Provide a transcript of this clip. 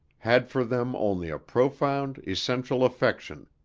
had for them only a profound, essential affection,